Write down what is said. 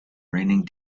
raining